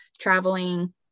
traveling